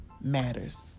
matters